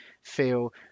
feel